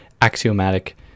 axiomatic